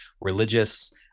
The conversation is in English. religious